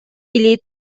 بلیط